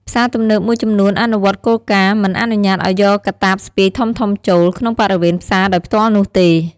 ផ្សារទំនើបមួយចំនួនអនុវត្តគោលការណ៍ មិនអនុញ្ញាតឱ្យយកកាតាបស្ពាយធំៗចូល ក្នុងបរិវេណផ្សារដោយផ្ទាល់នោះទេ។